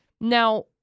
Now